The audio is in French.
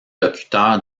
locuteur